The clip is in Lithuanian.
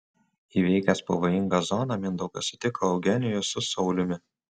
įveikęs pavojingą zoną mindaugas sutiko eugenijų su sauliumi